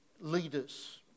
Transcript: leaders